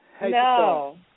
No